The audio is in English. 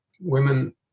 women